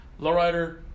Lowrider